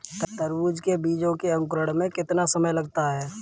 तरबूज के बीजों के अंकुरण में कितना समय लगता है?